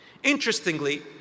interestingly